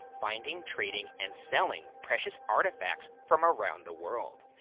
finding, trading, and selling precious artifacts from around the world.